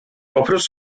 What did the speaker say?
oprócz